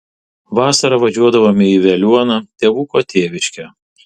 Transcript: vasarą važiuodavome į veliuoną tėvuko tėviškę